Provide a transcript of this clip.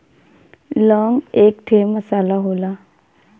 लौंग एक ठे मसाला होला